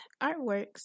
artworks